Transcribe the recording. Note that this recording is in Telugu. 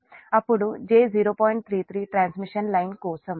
33 ట్రాన్స్మిషన్ లైన్ కోసం